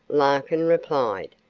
larkin replied.